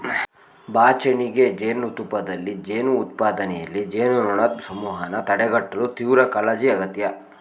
ಬಾಚಣಿಗೆ ಜೇನುತುಪ್ಪದಲ್ಲಿ ಜೇನು ಉತ್ಪಾದನೆಯಲ್ಲಿ, ಜೇನುನೊಣದ್ ಸಮೂಹನ ತಡೆಗಟ್ಟಲು ತೀವ್ರಕಾಳಜಿ ಅಗತ್ಯ